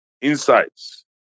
insights